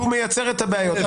הוא מייצר את הבעיות.